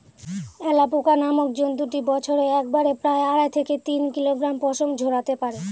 alpaca নামক জন্তুটি বছরে একবারে প্রায় আড়াই থেকে তিন কিলোগ্রাম পশম ঝোরাতে পারে